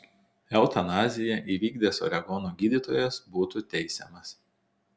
eutanaziją įvykdęs oregono gydytojas būtų teisiamas